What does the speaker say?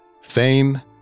Fame